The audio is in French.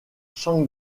son